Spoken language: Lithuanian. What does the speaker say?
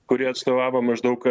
kurie atstovavo maždaug